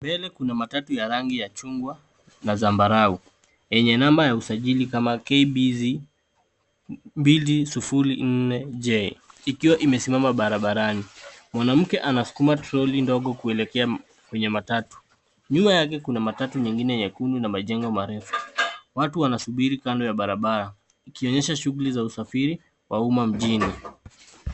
Mbele kuna matatu ya rangi ya chungwa na zambarau yenye namba ya usajili kama KBZ 204J ikiwa imesimama barabarani. Mwanamke anaskuma troli ndogo kuelekea kwenye matatu. Nyuma yake kuna matatu nyingine nyekundu na majengo marefu. Watu wanasubiri kando ya barabara ikionyesha shughuli za usafiri wa umma mjini.